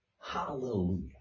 hallelujah